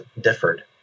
differed